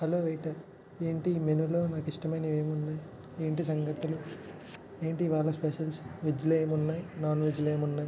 hello waiter ఏంటి మెనులో నాకు ఇష్టమైనవి ఏమి ఉన్నాయ్ ఏంటి సంగతులు ఏంటి ఇవాళ స్పెషల్స్ వెజ్లో ఏమి ఉన్నాయి నాన్ వెజ్లో ఏమి ఉన్నాయి